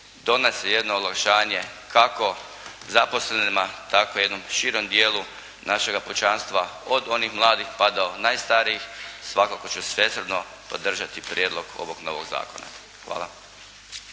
donose jedno olakšanje kako zaposlenima, tako i jednom širem dijelu našega pučanstva od onih mladih pa do najstarijih, svakako ću svesrdno podržati prijedlog ovog novog zakona. Hvala.